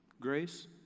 grace